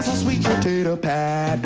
sweet potato pie